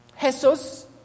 Jesus